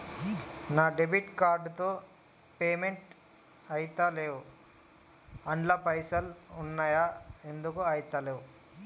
నా debit card తో payment ఐతలేవ్ అండ్ల పైసల్ ఉన్నయి ఎందుకు ఐతలేవ్?